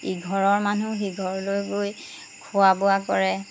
ইঘৰৰ মানুহ সিঘৰলৈ গৈ খোৱা বোৱা কৰে